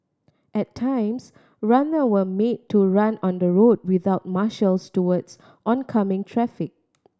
at times runner were made to run on the road without marshals towards oncoming traffic